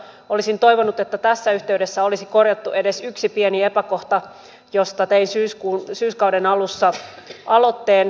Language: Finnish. olisin toivonut että tässä yhteydessä olisi korjattu edes yksi pieni epäkohta josta tein syyskauden alussa aloitteen